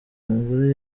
umugore